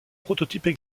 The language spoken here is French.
prototypes